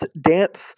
dance